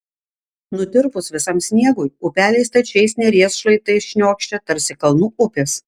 nutirpus visam sniegui upeliai stačiais neries šlaitais šniokščia tarsi kalnų upės